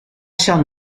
shall